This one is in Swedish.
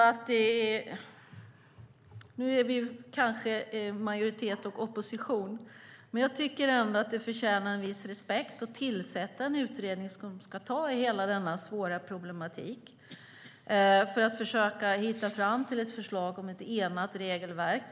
Vi är i majoritet och i opposition, men jag tycker ändå att det förtjänar en viss respekt att man tillsätter en utredning som ska ta i hela denna svåra problematik för att försöka hitta fram till ett förslag om ett enat regelverk.